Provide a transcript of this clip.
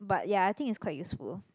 but ya I think it's quite useful